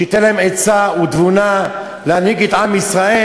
שייתן להם עצה ותבונה להנהיג את עם ישראל,